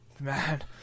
Man